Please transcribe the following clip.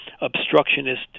obstructionist